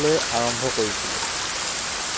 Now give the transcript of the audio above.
মই মাছখোৱা বৰপাক জীয়াময়াৰ পৰা কৈছোঁ